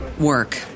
work